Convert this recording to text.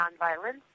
nonviolence